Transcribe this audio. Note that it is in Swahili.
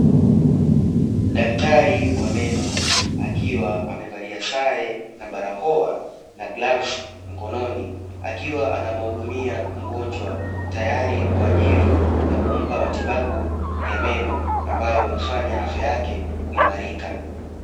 Daktari wa meno akiwa amevalia sare na barakoa na glavuzi mkononi, akiwa anamuhudumia mgonjwa, tayari kwa ajili ya kumpa matitabu ya meno, ambayo humfanya afya yake kuimarika.